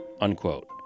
unquote